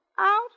Out